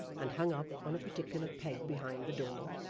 and hung up, on a particular peg behind the door,